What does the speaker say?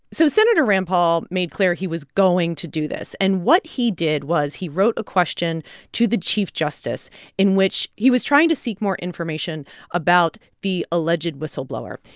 so senator rand paul made clear he was going to do this, and what he did was he wrote a question to the chief justice in which he was trying to seek more information about the alleged whistleblower.